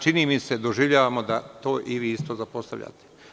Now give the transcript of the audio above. Čini mi se doživljavamo da to i vi isto zapostavljate.